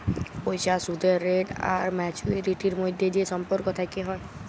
পইসার সুদের রেট আর ম্যাচুয়ারিটির ম্যধে যে সম্পর্ক থ্যাকে হ্যয়